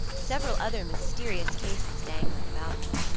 several other mysterious cases dangling about him,